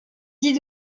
dix